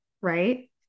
Right